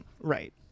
right